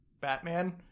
Batman